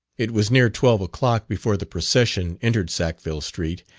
it was near twelve o'clock before the procession entered sackville street,